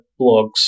blogs